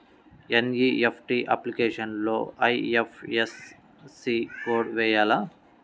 NEFT అప్లికేషన్లో IFSC code వేయాలా?